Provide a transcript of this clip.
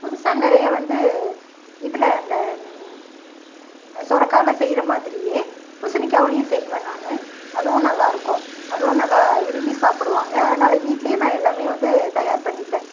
புதுசாக நிறைய வந்து இதில் அந்த சொரக்காயில செய்கிற மாதிரியே பூசணிக்காவுலையும் செய்வேன் நான் அதுவும் நல்லாயிருக்கும் அதுவும் நல்லா விரும்பி சாப்பிடுவாங்க அதனால வீட்லையே நான் எல்லாமே வந்து தயார் பண்ணிப்பேன்